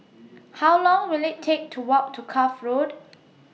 How Long Will IT Take to Walk to Cuff Road